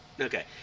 Okay